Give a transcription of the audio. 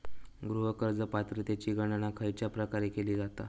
गृह कर्ज पात्रतेची गणना खयच्या प्रकारे केली जाते?